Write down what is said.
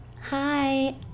hi